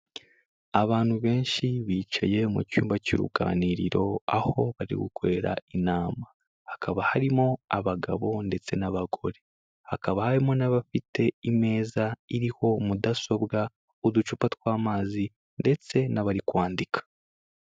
Abantu benshi bicaye mu cyumba cy'uruganiriro, aho bari gukorera inama. Hakaba harimo abagabo ndetse n'abagore, hakaba harimo n'abafite imeza iriho mudasobwa, uducupa tw'amazi ndetse n'abari kwandika.